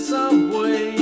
Subway